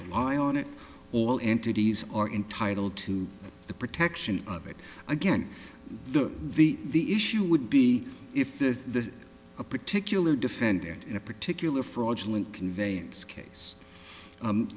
rely on it all entities are entitled to the protection of it again the the the issue would be if the a particular defendant in a particular fraudulent conveyance case